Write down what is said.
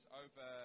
over